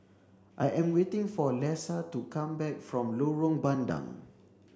I am waiting for Lesa to come back from Lorong Bandang